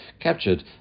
captured